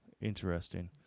interesting